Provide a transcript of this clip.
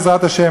בעזרת השם,